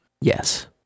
Yes